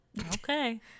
Okay